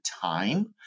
time